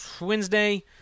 Wednesday